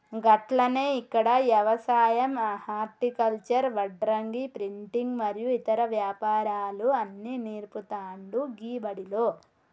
గట్లనే ఇక్కడ యవసాయం హర్టికల్చర్, వడ్రంగి, ప్రింటింగు మరియు ఇతర వ్యాపారాలు అన్ని నేర్పుతాండు గీ బడిలో